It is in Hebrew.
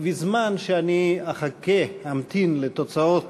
ובזמן שאני אחכה, אמתין לתוצאות,